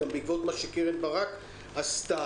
גם בעקבות מה שקרן ברק עשתה,